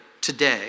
today